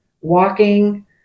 walking